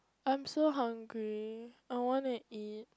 I'm so hungry I wanna eat